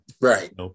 Right